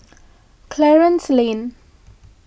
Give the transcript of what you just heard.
Clarence Lane